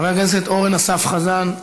חבר הכנסת אורן אסף חזן,